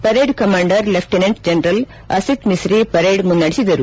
parade commander lieutenant general Asit Mistry parade ಮುನ್ನಡೆಸಿದರು